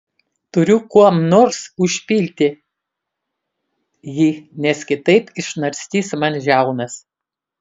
turiu kuom nors užpilti jį nes kitaip išnarstys man žiaunas